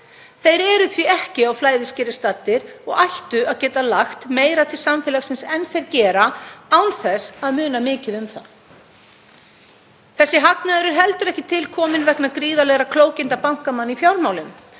Þeir eru því ekki á flæðiskeri staddir og ættu að geta lagt meira til samfélagsins en þeir gera án þess að muna mikið um það. Þessi hagnaður er heldur ekki til kominn vegna gríðarlegra klókinda bankamanna í fjármálum.